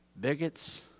bigots